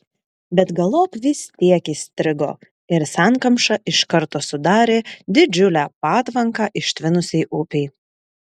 bet galop vis tiek įstrigo ir sankamša iš karto sudarė didžiulę patvanką ištvinusiai upei